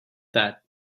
that